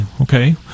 Okay